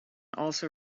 also